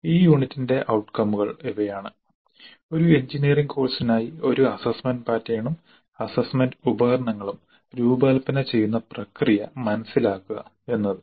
ഈ യൂണിറ്റിന്റെ ഔട്കമുകൾ ഇവയാണ് ഒരു എഞ്ചിനീയറിംഗ് കോഴ്സിനായി ഒരു അസ്സസ്സ്മെന്റ് പാറ്റേണും അസ്സസ്സ്മെന്റ് ഉപകരണങ്ങളും രൂപകൽപ്പന ചെയ്യുന്ന പ്രക്രിയ മനസിലാക്കുക എന്നത്